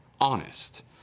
honest